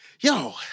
Yo